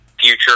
future